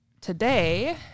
today